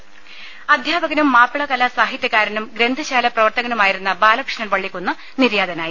ദദ അദ്ധ്യാപകനും മാപ്പിളകലാ സാഹിത്യകാരനും ഗ്രന്ഥശാലാ പ്രവർത്തകനുമായിരുന്ന ബാലകൃഷ്ണൻ വള്ളിക്കുന്ന് നിര്യാതനായി